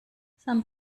some